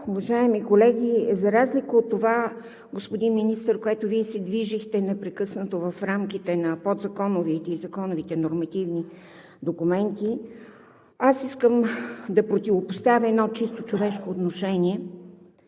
уважаеми колеги! За разлика от това, господин Министър, по което Вие се движехте непрекъснато – в рамките на подзаконовите и законовите нормативни документи, аз искам да противопоставя едно чисто човешко отношение